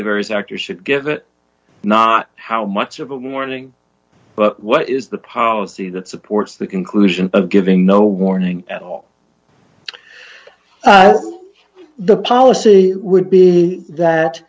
the various actors should give it not how much of a morning but what is the policy that supports the conclusion of giving no warning at all the policy would be that